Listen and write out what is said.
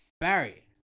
Barry